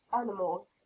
animal